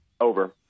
Over